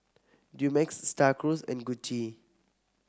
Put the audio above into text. Dumex Star Cruise and Gucci